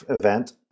event